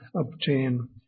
obtain